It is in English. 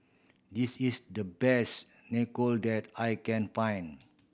this is the best Nacho that I can find